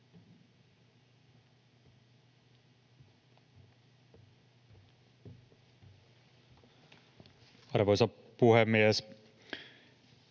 Arvoisa puhemies!